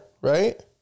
right